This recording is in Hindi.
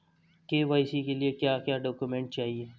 के.वाई.सी के लिए क्या क्या डॉक्यूमेंट चाहिए?